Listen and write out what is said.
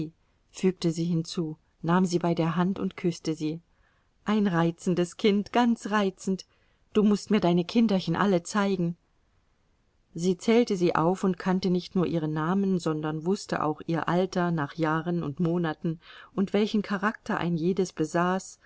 fügte sie hinzu nahm sie bei der hand und küßte sie ein reizendes kind ganz reizend du mußt mir deine kinderchen alle zeigen sie zählte sie auf und kannte nicht nur ihre namen sondern wußte auch ihr alter nach jahren und monaten und welchen charakter ein jedes besaß